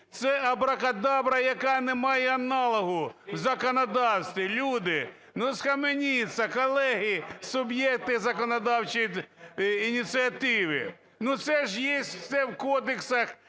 Це абракадабра, яка не має аналогу в законодавстві. Люди, ну схаменіться! Колеги, суб'єкти законодавчої ініціативи! Ну це є все в кодексах…